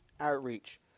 outreach